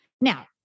Now